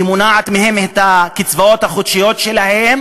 היא מונעת מהם את הקצבאות החודשיות שלהם